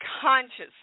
consciously